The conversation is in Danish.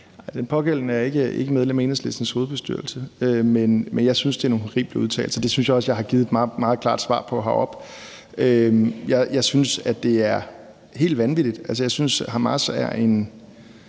Den pågældende er ikke medlem af Enhedslistens hovedbestyrelse, men jeg synes, det er nogle horrible udtalelser, og det synes jeg også jeg har givet et meget klart svar på heroppe. Jeg synes, det er helt vanvittigt. Altså, jeg synes, Hamas er en